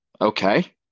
okay